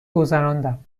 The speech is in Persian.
گذراندم